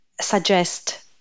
suggest